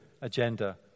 agenda